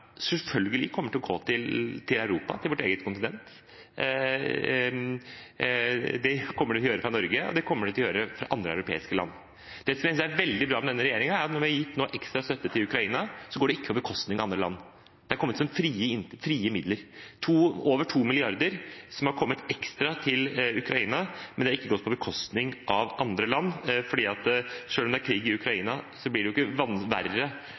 selvfølgelig kommer til å gå til Europa, til vårt eget kontinent. Det kommer det til å gjøre fra Norge, og det kommer det til å gjøre fra andre europeiske land. Det jeg synes er veldig bra med denne regjeringen, er at når vi nå har gitt ekstra støtte til Ukraina, går det ikke på bekostning av andre land. Det er kommet som frie midler – det er over 2 mrd. kr som er kommet ekstra til Ukraina, men det har ikke gått på bekostning av andre land. For selv om det er krig i Ukraina, blir